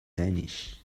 danish